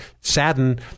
sadden